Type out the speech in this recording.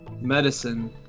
medicine